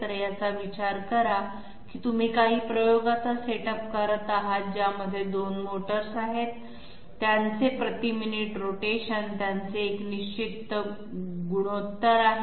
तर याचा विचार करा की तुम्ही काही प्रयोगाचा सेटअप करत आहात ज्यामध्ये 2 मोटर्स आहेत त्यांचे प्रति मिनिट रोटेशन त्यांचे एक निश्चित गुणोत्तर आहे